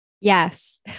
Yes